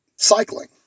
Cycling